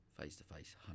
Face-to-face